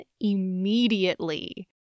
immediately